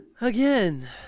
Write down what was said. again